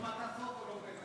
נכתב בתוך מעטפות?